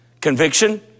Conviction